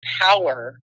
power